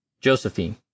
Josephine